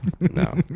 no